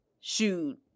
Shoot